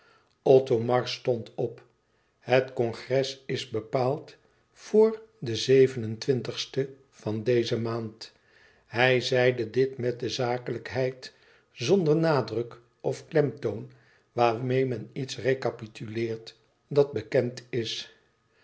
othomar stond op het congres is bepaald voor den zeven en twintigsten van deze maand hij zeide dit met de zakelijkheid zonder nadruk of klemtoon waarmeê men iets recapituleert dat bekend is